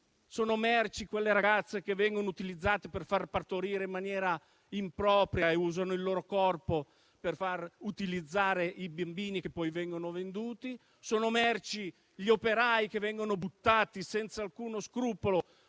sono merci quelle ragazze che vengono utilizzate per partorire in maniera impropria e che usano il loro corpo per far utilizzare i bambini che poi vengono venduti; sono merci gli operai che vengono buttati senza alcuno scrupolo